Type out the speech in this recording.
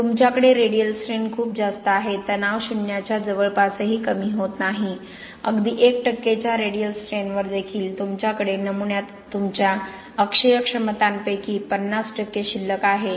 तुमच्याकडे radial strain खूप जास्त आहे तणाव शून्याच्या जवळपासही कमी होत नाही अगदी 1 च्या रेडियल स्ट्रेनवर देखील तुमच्याकडे नमुन्यात तुमच्या अक्षीय क्षमतांपैकी 50 शिल्लक आहे